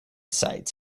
sites